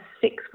six